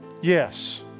yes